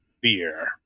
beer